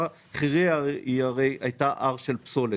חירייה הרי הייתה הר של פסולת,